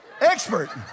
expert